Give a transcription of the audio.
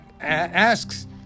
asks